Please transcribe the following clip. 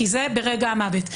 כי זה ברגע המוות.